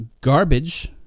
garbage